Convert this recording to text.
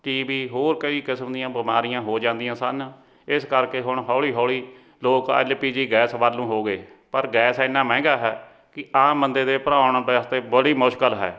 TB ਹੋਰ ਕਈ ਕਿਸਮ ਦੀਆਂ ਬਿਮਾਰੀਆਂ ਹੋ ਜਾਂਦੀਆਂ ਸਨ ਇਸ ਕਰਕੇ ਹੁਣ ਹੌਲੀ ਹੌਲੀ ਲੋਕ ਐੱਲ ਪੀ ਜੀ ਗੈਸ ਵੱਲ ਨੂੰ ਹੋ ਗਏ ਪਰ ਗੈਸ ਇੰਨਾ ਮਹਿੰਗਾ ਹੈ ਕਿ ਆਮ ਬੰਦੇ ਦੇ ਭਰਾਉਣ ਵਾਸਤੇ ਬੜੀ ਮੁਸ਼ਕਿਲ ਹੈ